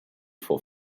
for